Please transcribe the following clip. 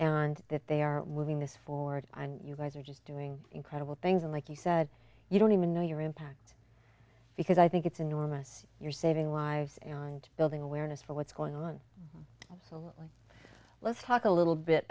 and that they are moving this forward and you guys are just doing incredible things and like you said you don't even know your impact because i think it's enormous you're saving lives and building awareness for what's going on so let's let's talk a little bit